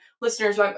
listeners